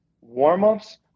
warm-ups